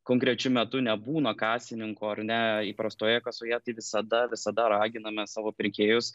konkrečiu metu nebūna kasininko ar ne įprastoje kasoje tai visada visada raginame savo pirkėjus